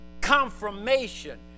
confirmation